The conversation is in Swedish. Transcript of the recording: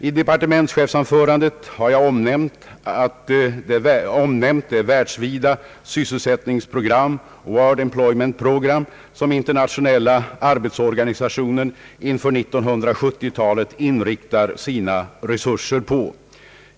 I departementschefsanförandet har jag omnämnt det världsvida = sysselsättningsprogram, World Employment Program, som Internationella arbetsorganisationen inför 1970 talet inriktar sina resurser på.